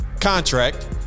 contract